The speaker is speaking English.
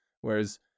whereas